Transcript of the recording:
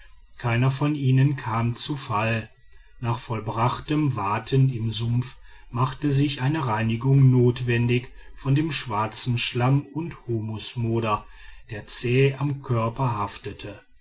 keiner von ihnen kam zu fall nach vollbrachtem waten im sumpf machte sich eine reinigung notwendig von dem schwarzen schlamm und humusmoder der zäh am körper haftete